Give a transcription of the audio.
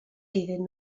iddyn